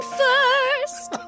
first